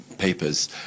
papers